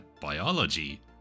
biology